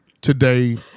today